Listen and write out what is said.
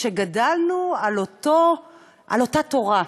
שגדלנו על אותה תורה,